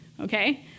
okay